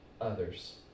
others